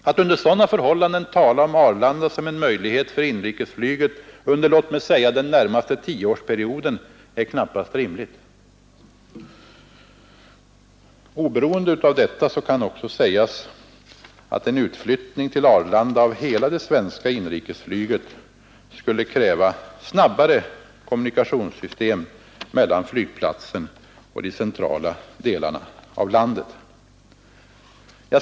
Att under sådana förhållanden tala om Arlanda som en möjlighet för inrikesflyget under, låt mig säga, den närmaste tioårsperioden är knappast rimligt. Oberoende av det kan också sägas att en flyttning till Arlanda av hela det svenska inrikesflyget skulle kräva snabbare kommunikationssystem mellan flygplatsen och de centrala delarna av Stockholm.